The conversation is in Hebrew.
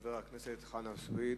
חבר הכנסת חנא סוייד,